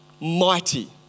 mighty